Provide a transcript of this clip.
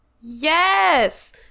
yes